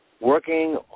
working